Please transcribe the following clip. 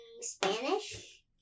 Spanish